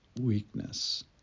weakness